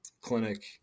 clinic